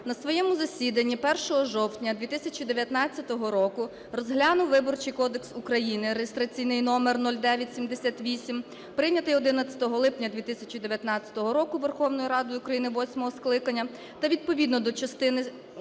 на своєму засідання 1 жовтня 2019 року розглянув Виборчий кодекс України (реєстраційний номер 0978), прийнятий 11 липня 2019 року Верховною Радою України восьмого скликання та відповідно до частини